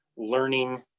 learning